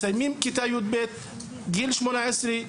מסיימים כיתה י"ב בגיל 18,